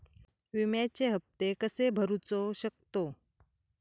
विम्याचे हप्ते कसे भरूचो शकतो?